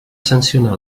sancionar